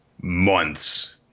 months